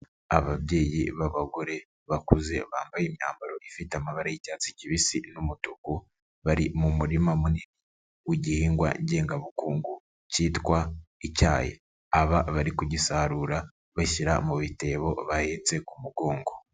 Ababyeyi b'abagore, bakuze, bambaye imyambaro ifite amabara y'icyatsi kibisi n'umutuku, bari mu murima munini w'igihingwa ngengabukungu kitwa icyayi. Aba bari kugisarura, bashyira mu bitebo bahetse ku mugongo.